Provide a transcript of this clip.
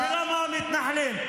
ולמה המתנחלים?